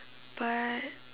but